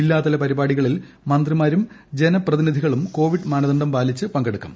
ജില്ലാതല പരിപാടികളിൽ മന്ത്രിമാരും ജനപ്രതിനിധികളും കോവിഡ് മാനദണ്ഡം പാലിച്ച് പങ്കെടുക്കും